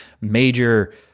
major